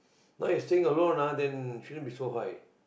now you staying alone ah then shouldn't be so high